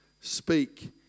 Speak